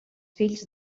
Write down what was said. fills